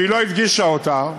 שהיא לא הדגישה אותה,